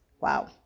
Wow